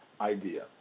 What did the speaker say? idea